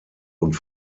und